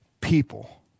people